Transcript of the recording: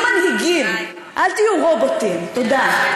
תהיו מנהיגים, אל תהיו רובוטים, תודה.